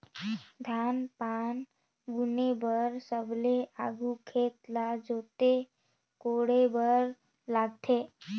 धान पान बुने बर सबले आघु खेत ल जोते कोड़े बर लगथे